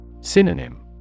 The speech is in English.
Synonym